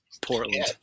Portland